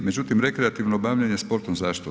Međutim, rekreativno bavljenje sportom, zašto tu?